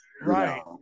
Right